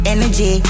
Energy